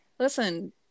listen